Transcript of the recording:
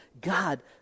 God